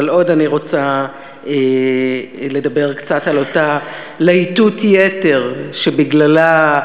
אבל עוד אני רוצה לדבר קצת על אותה להיטות יתר שבגללה,